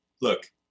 look